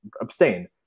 abstain